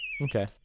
Okay